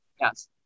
Yes